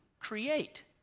create